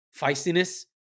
feistiness